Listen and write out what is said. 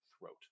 throat